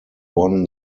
won